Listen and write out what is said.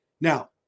Now